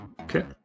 Okay